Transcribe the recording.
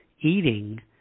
eating